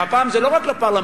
והפעם זה לא רק לפרלמנט,